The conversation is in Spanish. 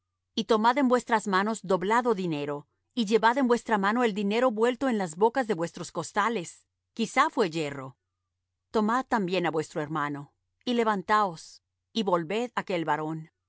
y tomad en vuestras manos doblado dinero y llevad en vuestra mano el dinero vuelto en las bocas de vuestros costales quizá fué yerro tomad también á vuestro hermano y levantaos y volved á aquel varón